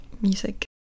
music